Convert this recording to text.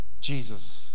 Jesus